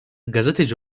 gazeteci